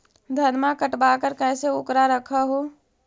धनमा कटबाकार कैसे उकरा रख हू?